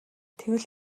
тэгвэл